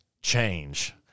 change